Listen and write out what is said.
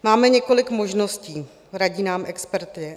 Máme několik možností, radí nám experti.